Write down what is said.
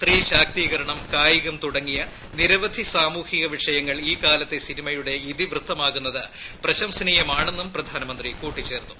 സ്ത്രീശാക്തീകരണം കായികം തുടങ്ങിയ നിരവധി സാമൂഹിക വിഷയങ്ങൾ ഈ കാലത്തെ സിനിമയുടെ ഇതിവൃത്തമാകുന്നത് പ്രശംസനീയമാണെന്നും പ്രധാനമന്ത്രി കൂട്ടിച്ചേർത്തു